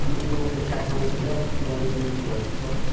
मेरोमा त चार पाँच हजार पुरानो नोटहरू छ